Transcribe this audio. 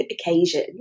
occasion